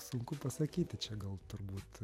sunku pasakyti čia gal turbūt